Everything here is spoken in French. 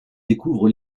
découvre